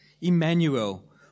Emmanuel